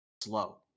slow